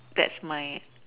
that's my